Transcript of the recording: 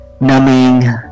numbing